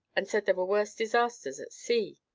and said there were worse disasters at sea.